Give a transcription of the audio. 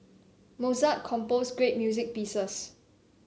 Mozart composed great music pieces